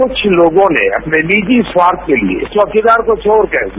कुछ लोगों ने अपने निजी स्वार्थ के लिए चौकीदार को चोर कह दिया